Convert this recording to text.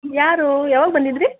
ಯಾರು ಯಾವಾಗ ಬಂದಿದ್ದಿರಿ